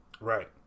Right